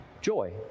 Joy